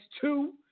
two